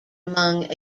among